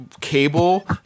cable